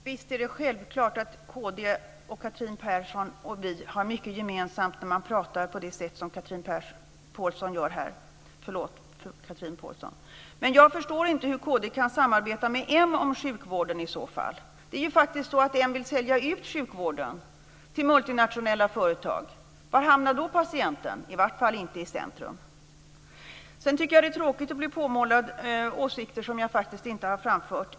Fru talman! Självklart har Kristdemokraterna, Chatrine Persson och vi mycket gemensamt när man pratar på det sätt som - förlåt - Chatrine Pålsson här gör men jag förstår inte hur Kristdemokraterna i så fall kan samarbeta med Moderaterna om sjukvården. Moderaterna vill ju sälja ut sjukvården till multinationella företag. Var hamnar patienten då? Ja, i varje fall inte i centrum. Jag tycker att det är tråkigt att bli påmålad åsikter som jag faktiskt inte har framfört.